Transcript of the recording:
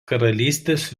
karalystės